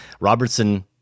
Robertson